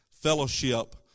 fellowship